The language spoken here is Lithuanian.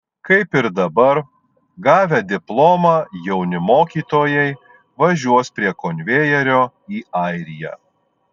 kaip ir dabar gavę diplomą jauni mokytojai važiuos prie konvejerio į airiją